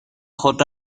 خود